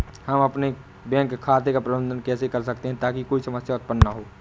हम अपने बैंक खाते का प्रबंधन कैसे कर सकते हैं ताकि कोई समस्या उत्पन्न न हो?